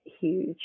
huge